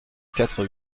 quatre